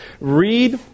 read